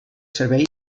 servei